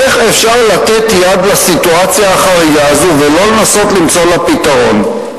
איך אפשר לתת יד לסיטואציה החריגה הזאת ולא לנסות למצוא לה פתרון?